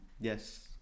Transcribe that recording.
yes